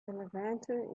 levanter